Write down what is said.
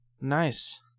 nice